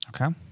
Okay